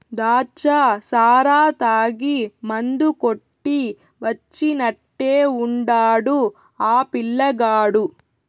దాచ్చా సారా తాగి మందు కొట్టి వచ్చినట్టే ఉండాడు ఆ పిల్లగాడు